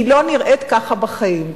היא לא נראית ככה בחיים.